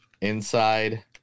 Inside